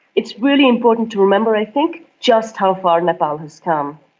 it's really important to remember, i think, just how far nepal has come.